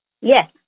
Yes